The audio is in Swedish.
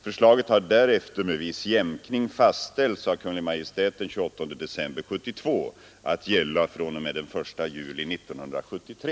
Förslaget har därefter med viss jämkning fastställts av Kungl. Maj:t den 28 december 1972 att gälla fr.o.m. den 1 juli 1973.